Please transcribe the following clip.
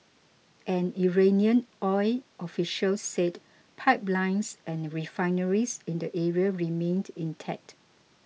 an Iranian oil official said pipelines and refineries in the area remained intact